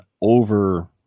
over